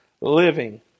living